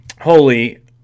holy